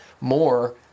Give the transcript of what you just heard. more